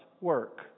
work